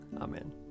Amen